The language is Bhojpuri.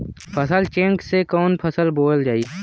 फसल चेकं से कवन फसल बोवल जाई?